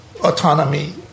autonomy